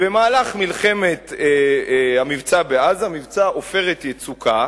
שבמהלך המלחמה בעזה, מבצע "עופרת יצוקה",